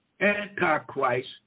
Antichrist